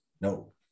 no